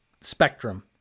spectrum